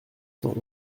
cent